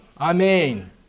amen